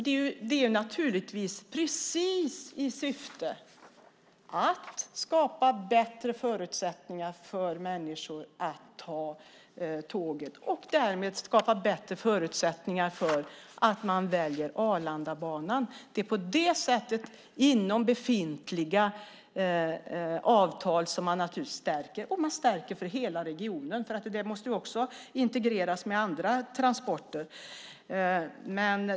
Det är ju i syfte att skapa bättre förutsättningar för människor att ta tåget och därmed skapa bättre förutsättningar för att välja Arlandabanan. Det är på det sättet man stärker inom befintliga avtal. Man stärker för hela regionen. Det måste ju integreras med andra transporter.